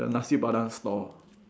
the Nasi-Padang stall